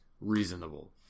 reasonable